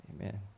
Amen